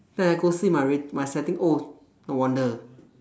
then I go see my re~ my setting oh no wonder